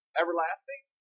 everlasting